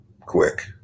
quick